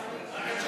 רק עד שער-הגיא.